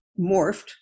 morphed